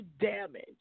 damage